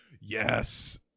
yes